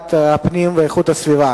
בוועדת הפנים והגנת הסביבה